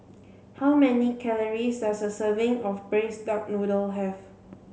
how many calories does a serving of braised duck noodle have